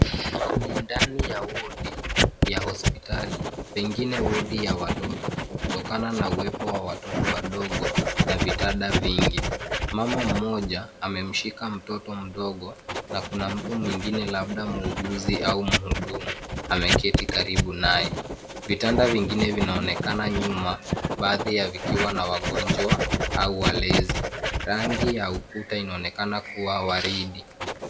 Ndani ya wodi ya hospitali pengine wodi ya watoto kutokana na uwepo wa watoto wadogo na vitanda vingi ,mama mmoja amemshika mtoto mdogo na kuna mtu mwingine labda muuguzi au mhudumu ameketi karibu naye, vitanda vingine vinaonekana nyuma baadhi ya vikiwa na wagonjwa au walezi rangi ya ukuta inaonekana kuwa waridi.